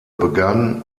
begann